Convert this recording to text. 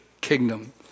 kingdom